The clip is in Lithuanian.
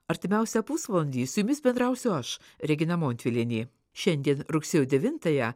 artimiausią pusvalandį su jumis bendrausiu aš regina montvilienė šiandien rugsėjo devintąją